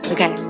Okay